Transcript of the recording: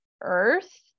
earth